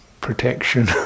protection